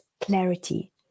clarity